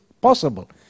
possible